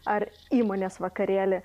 ar įmonės vakarėlį